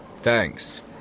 Thanks